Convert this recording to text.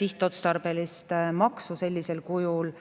Sihtotstarbeliseks maksuks sellisel kujul